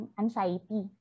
anxiety